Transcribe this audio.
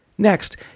Next